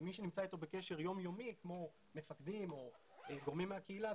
ומי שנמצא איתו בקשר יום-יומי כמו מפקדים או גורמים מהקהילה,